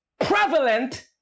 prevalent